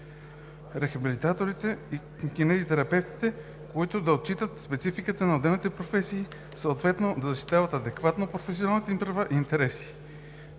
рехабилитаторите и кинезитерапевтите, които да отчитат спецификата на отделните професии, съответно да защитават адекватно професионалните им права и интереси.